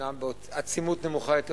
אומנם בעצימות נמוכה יותר,